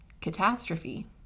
Catastrophe